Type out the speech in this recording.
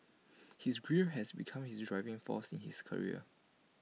his grief has become his driving force in his career